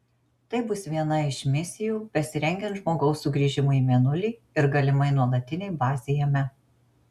tai bus viena iš misijų besirengiant žmogaus sugrįžimui į mėnulį ir galimai nuolatinei bazei jame